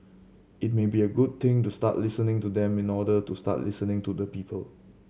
it may be a good thing to start listening to them in order to start listening to the people